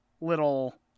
little